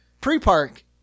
Pre-Park